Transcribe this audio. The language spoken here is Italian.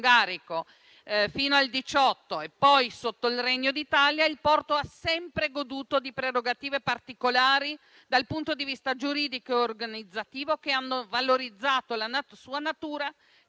fino al 1918 e, poi, sotto il Regno d'Italia, il porto ha sempre goduto di prerogative particolari dal punto di vista giuridico e organizzativo, che hanno valorizzato la sua natura